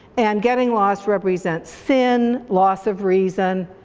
and getting lost represents sin, loss of reason,